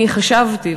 אני חשבתי,